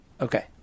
Okay